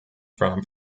from